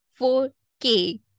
$4K